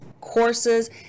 courses